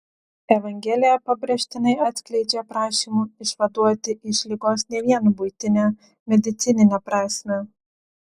evangelija pabrėžtinai atskleidžia prašymų išvaduoti iš ligos ne vien buitinę medicininę prasmę